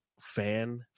fan